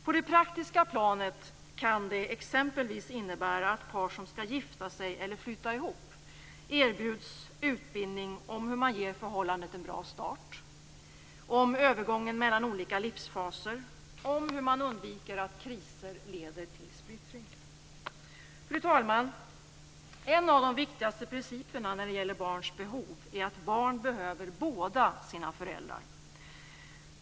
På det praktiska planet kan det exempelvis innebära att par som skall gifta sig eller flytta ihop erbjuds utbildning om hur man ger förhållandet en bra start, om övergången mellan olika livsfaser och om hur man undviker att kriser leder till splittring. Fru talman! En av de viktigaste principerna när det gäller barns behov är att barn behöver båda sina föräldrar.